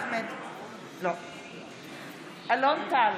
בהצבעה אלון טל,